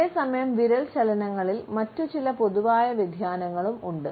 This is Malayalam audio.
അതേസമയം വിരൽ ചലനങ്ങളിൽ മറ്റ് ചില പൊതുവായ വ്യതിയാനങ്ങളും ഉണ്ട്